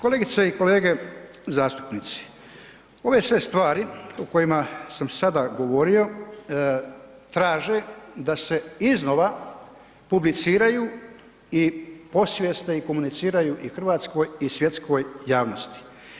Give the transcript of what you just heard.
Kolegice i kolege zastupnici, ove sve stvari o kojima sam sada govorio traže da se iznova publiciraju i osvijeste i komuniciraju i hrvatskoj i svjetskoj javnosti.